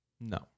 No